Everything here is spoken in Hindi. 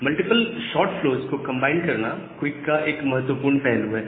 मल्टीपल शॉर्ट फ्लोज को कंबाइन करना क्विक का एक महत्वपूर्ण पहलू है